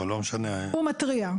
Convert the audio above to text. הוא מתריע,